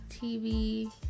TV